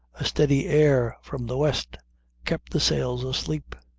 a steady air from the west kept the sails asleep.